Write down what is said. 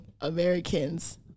Americans